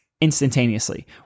instantaneously